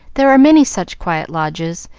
there are many such quiet lodges,